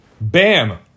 Bam